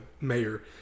mayor